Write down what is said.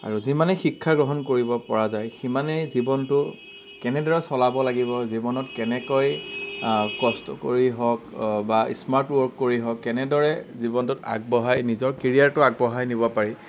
আৰু যিমানেই শিক্ষা গ্ৰহণ কৰিব পৰা যায় সিমানেই জীৱনটো কেনেদৰে চলাব লাগিব জীৱনত কেনেকৈ কষ্ট কৰি হওক বা স্মাৰ্ট ৱৰ্ক কৰি হওক কেনেদৰে জীৱনটোত আগবঢ়াই নিজৰ কেৰিয়াৰটো আগবঢ়াই নিব পাৰি